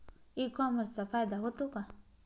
E कॉमर्सचा फायदा होतो का?